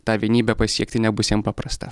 tą vienybę pasiekti nebus jam paprasta